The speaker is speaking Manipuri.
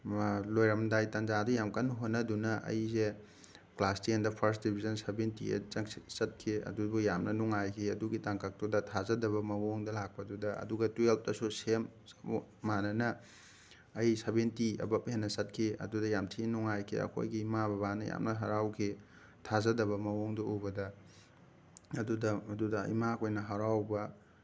ꯂꯣꯏꯔꯝꯗꯥꯏ ꯇꯥꯟꯖꯥꯗ ꯌꯥꯝ ꯀꯟꯅ ꯍꯣꯠꯅꯗꯨꯅ ꯑꯩꯁꯦ ꯀ꯭ꯂꯥꯁ ꯇꯦꯟꯗ ꯐꯥꯔꯁꯠ ꯗꯤꯕꯤꯖꯟ ꯁꯕꯦꯟꯇꯤ ꯑꯥꯏꯠ ꯆꯠꯈꯤ ꯑꯗꯨꯕꯨ ꯌꯥꯝꯅ ꯅꯨꯡꯉꯥꯏꯈꯤ ꯑꯗꯨꯒꯤ ꯇꯥꯡꯀꯛꯇꯨꯗ ꯊꯥꯖꯗꯕ ꯃꯑꯣꯡꯗ ꯂꯥꯛꯄꯗꯨꯗ ꯑꯗꯨꯒ ꯇꯨꯌꯦꯜꯕꯇꯁꯨ ꯁꯦꯝ ꯃꯥꯟꯅꯅ ꯑꯩ ꯁꯕꯦꯟꯇꯤ ꯑꯕꯞ ꯍꯦꯟꯅ ꯆꯠꯈꯤ ꯑꯗꯨꯗ ꯌꯥꯝ ꯊꯤꯅ ꯅꯨꯡꯉꯥꯏꯈꯤ ꯑꯩꯈꯣꯏꯒꯤ ꯏꯃꯥ ꯕꯕꯥꯅ ꯌꯥꯝꯅ ꯍꯔꯥꯎꯈꯤ ꯊꯥꯖꯗꯕ ꯃꯑꯣꯡꯗꯨ ꯎꯕꯗ ꯑꯗꯨꯗ ꯑꯗꯨꯗ ꯏꯃꯥ ꯈꯣꯏꯅ ꯍꯔꯥꯎꯕ